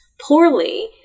poorly